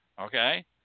okay